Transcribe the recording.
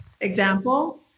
example